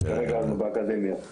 כרגע אנחנו באקדמיה.